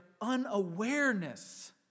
unawareness